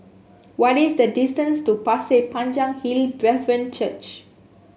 what is the distance to Pasir Panjang Hill Brethren Church